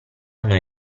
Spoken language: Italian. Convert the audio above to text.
noi